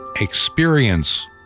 experience